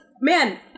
Man